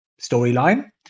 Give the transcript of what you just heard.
storyline